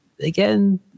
again